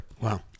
Wow